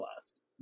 last